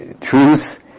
Truth